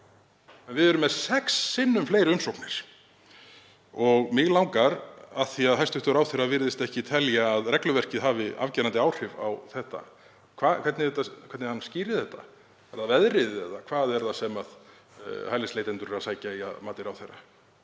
Við erum með sex sinnum fleiri umsóknir. Mig langar að spyrja, af því að hæstv. ráðherra virðist ekki telja að regluverkið hafi afgerandi áhrif á þetta, hvernig hann skýri það. Er það veðrið? Eða hvað er það sem hælisleitendur eru að sækja í að mati ráðherra?